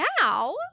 now